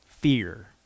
fear